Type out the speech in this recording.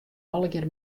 allegear